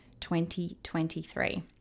2023